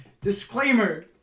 Disclaimer